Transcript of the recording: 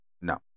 No